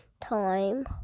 time